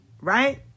Right